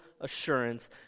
assurance